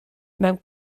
mewn